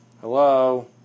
Hello